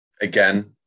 again